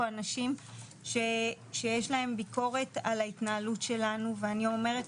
אנשים שיש להם ביקורת על ההתנהלות שלנו ואני אומרת,